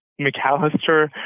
McAllister